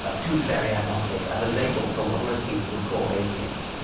ah tooth-fairy agnostic as a label for what most people would call atheist.